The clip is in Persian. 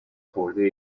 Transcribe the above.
خورده